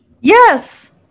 Yes